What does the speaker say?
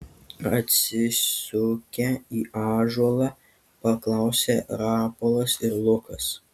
atsisukę į ąžuolą paklausė rapolas ir lukas